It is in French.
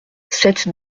cette